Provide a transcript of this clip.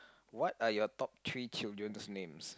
what are you top three children's names